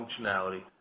functionality